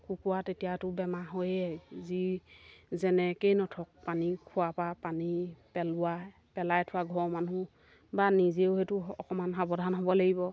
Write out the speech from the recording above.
কুকুৰা তেতিয়াতো বেমাৰ হৈয়ে যি যেনেকৈয়ে নথওক পানী খোৱাৰপৰা পানী পেলোৱা পেলাই থোৱা ঘৰৰ মানুহ বা নিজেও সেইটো অকণমান সাৱধান হ'ব লাগিব